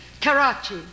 Karachi